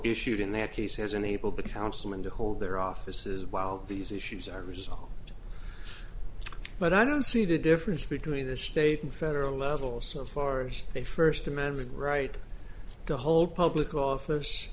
issued in that case has enabled the councilman to hold their offices while these issues are resolved but i don't see the difference between the state and federal level so far as a first amendment right to hold public office